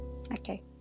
okay